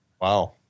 Wow